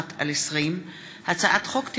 פ/5381/20 וכלה בהצעת חוק פ/5399/20,